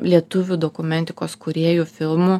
lietuvių dokumentikos kūrėjų filmų